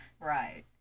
Right